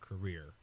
career